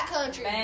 Country